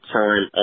time